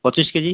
ପଚିଶ କେଜି